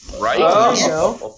right